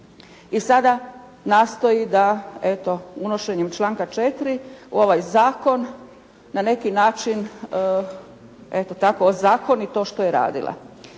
i sada nastoji da eto unošenjem članka 4. u ovaj zakon na neki način eto tako ozakoni to što je radila.